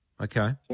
Okay